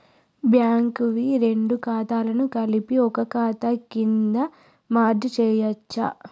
Bank వి రెండు ఖాతాలను కలిపి ఒక ఖాతా కింద మెర్జ్ చేయచ్చా?